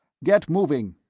get moving!